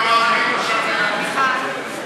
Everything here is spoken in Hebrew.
אז למה הם לא מעבירים את השגרירות?